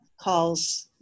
calls